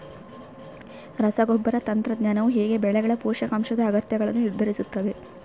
ರಸಗೊಬ್ಬರ ತಂತ್ರಜ್ಞಾನವು ಹೇಗೆ ಬೆಳೆಗಳ ಪೋಷಕಾಂಶದ ಅಗತ್ಯಗಳನ್ನು ನಿರ್ಧರಿಸುತ್ತದೆ?